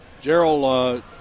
Gerald